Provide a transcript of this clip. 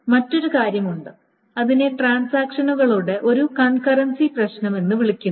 മറ്റൊരു കാര്യമുണ്ട് അതിനെ ട്രാൻസാക്ഷനുകളുടെ ഒരു കൺകറൻസി പ്രശ്നം എന്ന് വിളിക്കുന്നു